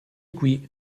qui